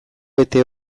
bete